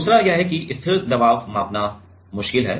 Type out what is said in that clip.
दूसरा यह है कि स्थिर दबाव मापना मुश्किल है